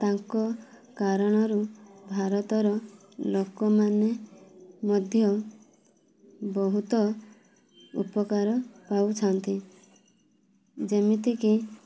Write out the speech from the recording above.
ତାଙ୍କ କାରଣରୁ ଭାରତର ଲୋକମାନେ ମଧ୍ୟ ବହୁତ ଉପକାର ପାଉଛନ୍ତି ଯେମିତିକି